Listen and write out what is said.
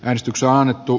äänestykse annettu